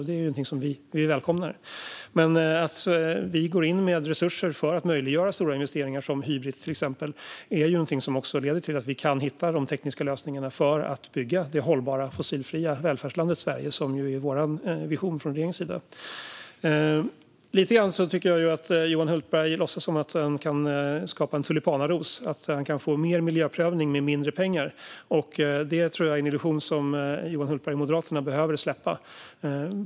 Och det är något som vi välkomnar. Vi går in med resurser för att möjliggöra stora investeringar, till exempel Hybrit, och det leder till att vi kan hitta de tekniska lösningarna för att bygga det hållbara och fossilfria välfärdslandet Sverige - regeringens vision. Johan Hultberg låtsas som att han kan skapa en tulipanaros, att han kan få mer miljöprövning med mindre pengar. Det är en illusion som Johan Hultberg och Moderaterna behöver släppa.